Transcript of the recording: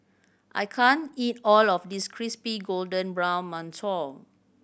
I can't eat all of this crispy golden brown mantou